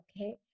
okay